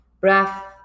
Breath